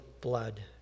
blood